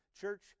Church